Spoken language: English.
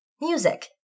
music